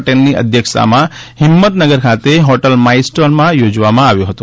પટેલની અધ્યક્ષતામાં હિંમતનગર ખાતે હોટલ માઇલસ્ટોનમાં યોજવામાં આવ્યો હતો